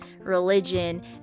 religion